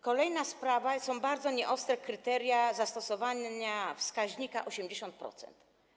Kolejna sprawa bardzo nieostre kryteria zastosowania wskaźnika 80%.